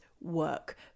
work